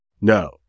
No